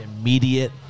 immediate